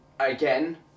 Again